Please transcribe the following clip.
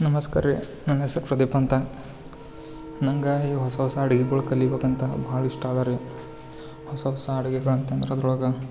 ನಮಸ್ಕಾರ ರೀ ನನ್ನ ಹೆಸರು ಪ್ರದೀಪ ಅಂತಾ ನಂಗೆ ಈ ಹೊಸ ಹೊಸ ಅಡ್ಗಿಗಳ್ ಕಲಿಬೇಕಂತಾ ಭಾಳ ಇಷ್ಟ ಅದಾ ರೀ ಹೊಸ ಹೊಸ ಅಡಿಗೆಗಳತಂದ್ರಾ ಅದ್ರೊಳಗೆ